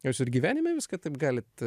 o jūs ir gyvenime viską taip galit